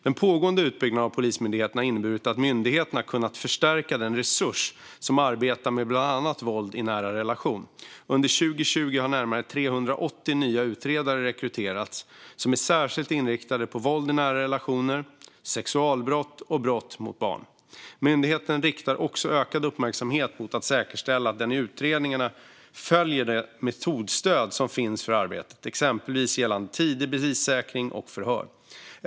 Den pågående utbyggnaden av Polismyndigheten har inneburit att myndigheten har kunnat förstärka den resurs som arbetar med bland annat våld i nära relation. Under 2020 har det rekryterats närmare 380 nya utredare som är särskilt inriktade på våld i nära relationer, sexualbrott och brott mot barn. Myndigheten riktar också ökad uppmärksamhet mot att säkerställa att den i utredningarna följer det metodstöd som finns för arbetet, exempelvis gällande tidig bevissäkring och förhör.